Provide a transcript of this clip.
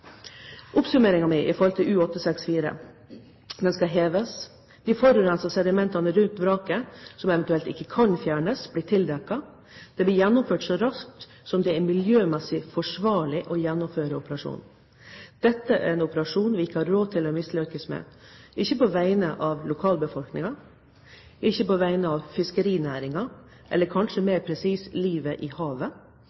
i forhold til U-864 er: Den skal heves. De forurensende sedimentene rundt vraket som eventuelt ikke kan fjernes, blir tildekket. Det blir gjennomført så raskt som det er miljømessig forsvarlig å gjennomføre operasjonen. Dette er en operasjon vi ikke har råd til å mislykkes med – på vegne av lokalbefolkningen, på vegne av fiskerinæringen eller kanskje